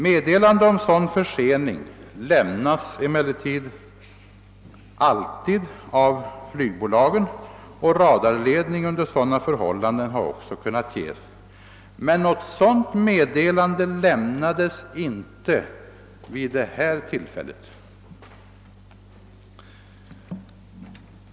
Meddelanden om sådan försening lämnas emellertid alltid av flygbolagen, och radarledningen har under sådana förhållanden också kunnat ges. Men något sådant meddelande lämnades inte vid detta tillfälle.